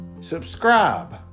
subscribe